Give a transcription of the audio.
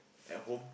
at home